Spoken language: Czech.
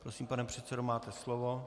Prosím, pane předsedo, máte slovo.